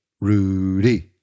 Rudy